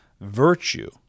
virtue